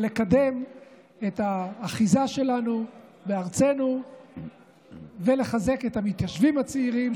לקדם את האחיזה שלנו בארצנו ולחזק את המתיישבים הצעירים,